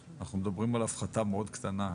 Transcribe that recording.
אנחנו מדברים על הפחתה מאוד קטנה,